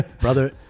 Brother